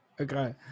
okay